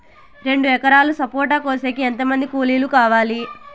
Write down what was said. రెండు ఎకరాలు సపోట కోసేకి ఎంత మంది కూలీలు కావాలి?